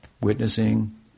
Witnessing